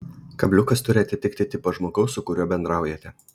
kabliukas turi atitikti tipą žmogaus su kuriuo bendraujate